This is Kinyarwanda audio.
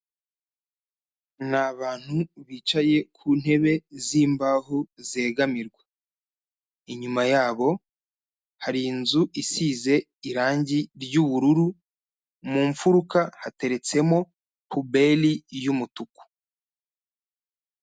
Ni abantu bicaye ku ntebe z'imbahu zegamirwa, inyuma yabo hari inzu isize irangi ry'ubururu, mu mfuruka hateretsemo puberi y'umutuku.